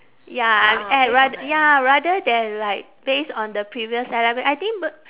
ya I'm at rat~ ya rather than like based on the previous airline I think b~